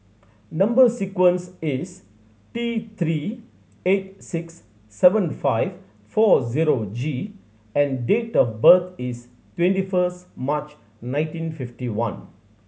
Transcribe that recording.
number sequence is T Three eight six seven five four zero G and date of birth is twenty first March nineteen fifty one